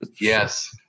yes